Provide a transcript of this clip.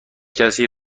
کسی